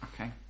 okay